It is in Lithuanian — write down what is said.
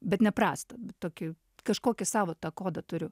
bet neprastą tokį kažkokį savo tą kodą turiu